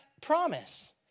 promise